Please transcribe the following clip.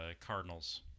Cardinals